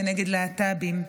כנגד להט"בים.